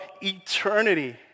eternity